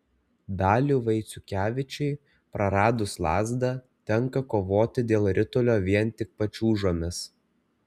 daliui vaiciukevičiui praradus lazdą tenka kovoti dėl ritulio vien tik pačiūžomis